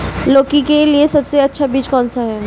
लौकी के लिए सबसे अच्छा बीज कौन सा है?